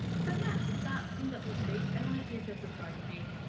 so yeah, if that seems up your street, and honestly, if you're subscribed to me,